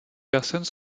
personnes